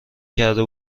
کرده